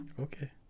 Okay